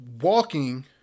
walking